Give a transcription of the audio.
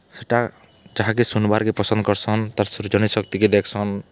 ସେଟା ଯାହାକେ ସୁନ୍ବାର୍କେ ପସନ୍ଦ୍ କର୍ସନ୍ ତାର୍ ସୃଜନୀଶକ୍ତିକେ ଦେଖ୍ସନ୍